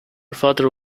father